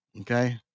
Okay